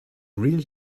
real